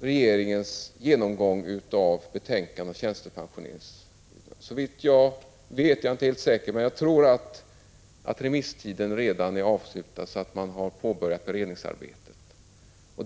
regeringens genomgång av betänkandet om beskattning av tjänstepensioner. Jag är inte helt säker, men jag tror att remisstiden redan är avslutad och att man har påbörjat beredningsarbetet.